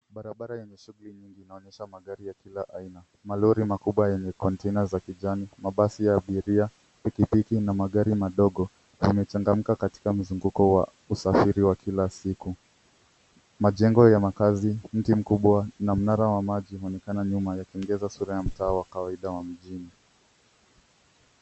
Barabara ina shughuli nyingi na inaonyesha magari ya kila aina. Malori makubwa yenye kontena za kijani, mabasi ya abiria, pikipiki na magari madogo vimechangamka katika mzunguko wa usafiri wa kila siku. Majengo ya makazi, mti mkubwa, na mnara wa maji vinaonekana nyuma, yakiongeza sura ya mtaa wa kawaida wa mjini.